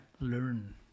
Learn